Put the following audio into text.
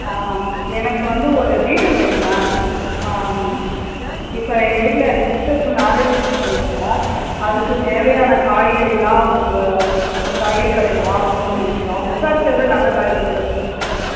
ஆ எனக்கு வந்து ஒரு டீடெய்ல் வேணும் மேம் இப்போ எங்கள் வீட்டில் என் சிஸ்டருக்கு மேரேஜ் ஃபிக்ஸ் பண்ணியிருக்கோம் அதுக்குத் தேவையான காய்கறிலாம் உங்கள் உங்கள் காய்கறி கடையில் வாங்கணுன்னு நினைக்கிறோம் விசாரிச்சதில் நல்ல காய்கறி கடைனு சொல்லியிருக்காங்க